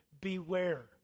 beware